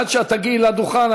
עד שאת תגיעי לדוכן,